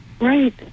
Right